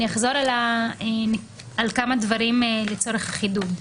אני אחזור על כמה דברים לצורך חידוד.